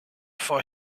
for